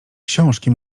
książki